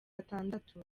atandatu